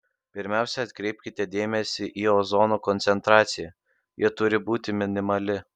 pirmiausia atkreipkite dėmesį į ozono koncentraciją ji turi būti minimali